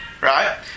right